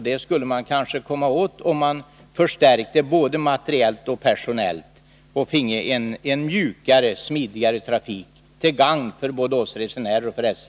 Det skulle man kanske komma åt, om man vidtog förstärkningar — både personellt och materiellt — så att man finge en mjukare och smidigare trafik till gagn för både oss resenärer och SJ.